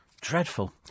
Dreadful